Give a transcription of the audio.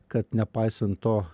kad nepaisant to